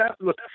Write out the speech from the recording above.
Look